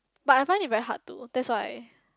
but I find it very hard to that's why